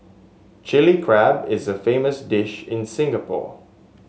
Chilli Crab is a famous dish in Singapore